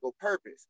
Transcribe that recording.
purpose